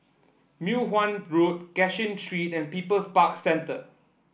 Mei Hwan Road Cashin Street and People's Park Centre